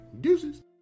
deuces